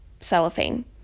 cellophane